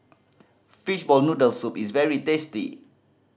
fishball noodle soup is very tasty